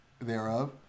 thereof